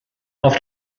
auf